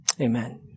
Amen